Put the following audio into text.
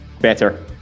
Better